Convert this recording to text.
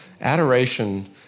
Adoration